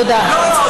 תודה.